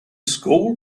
school